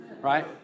right